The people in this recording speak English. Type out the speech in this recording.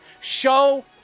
Show